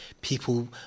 People